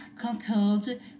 compelled